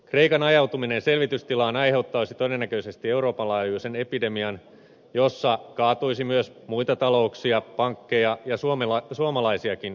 kreikan ajautuminen selvitystilaan aiheuttaisi todennäköisesti euroopan laajuisen epidemian jossa kaatuisi myös muita talouksia pankkeja ja suomalaisiakin yrityksiä